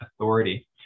authority